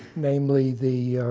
namely the